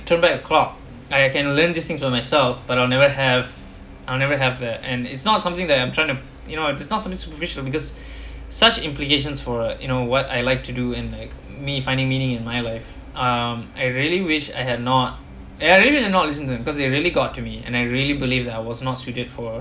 turn back the clock I can learn these things by myself but I'll never have I'll never have that and it's not something that I'm trying to you know just not something superficial because such implications for uh you know what I like to do in like me finding meaning in my life um I really wish I had not I really wish I had not listen to them because they really got to me and I really believe that I was not suited for